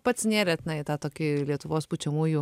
pats nėrėt į tą tokį lietuvos pučiamųjų